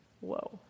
Whoa